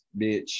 bitch